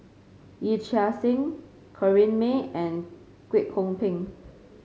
Yee Chia Hsing Corrinne May and Kwek Hong Png